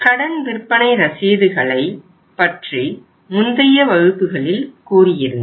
கடன் விற்பனை ரசீதுகளை பற்றி முந்தைய வகுப்புகளில் கூறியிருந்தேன்